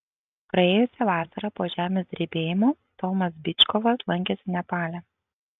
praėjusią vasarą po žemės drebėjimo tomas byčkovas lankėsi nepale